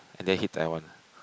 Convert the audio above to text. and then hit Taiwan